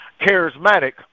charismatic